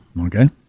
Okay